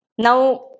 Now